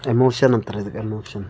emotion ಅಂತಾರ ಇದಕ್ಕ emotion